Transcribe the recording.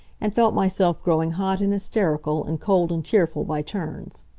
and felt myself growing hot and hysterical, and cold and tearful by turns.